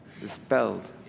dispelled